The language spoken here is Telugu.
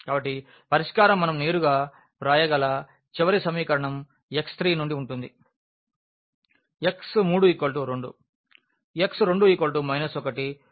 కాబట్టి పరిష్కారం మనం నేరుగా వ్రాయగల చివరి సమీకరణం x3నుండి ఉంటుంది